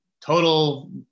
total